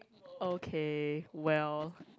okay well